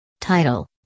Title